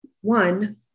one